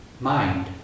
mind